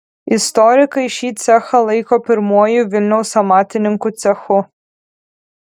istorikai šį cechą laiko pirmuoju vilniaus amatininkų cechu